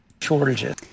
shortages